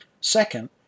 Second